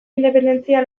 independentzia